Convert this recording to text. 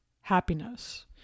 happiness